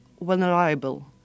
vulnerable